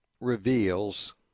reveals